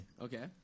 Okay